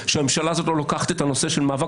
שהממשלה הזאת לא לוקחת את הנושא של מאבק